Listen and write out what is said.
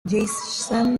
jason